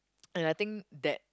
and I think that